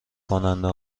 کننده